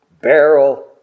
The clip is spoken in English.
barrel